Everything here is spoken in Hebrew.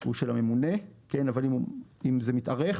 הוא של הממונה, אבל אם זה מתארך